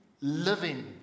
living